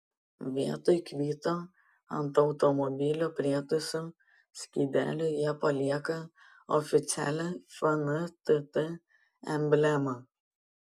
vietoj kvito ant automobilio prietaisų skydelio jie palieka oficialią fntt emblemą